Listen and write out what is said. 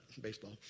baseball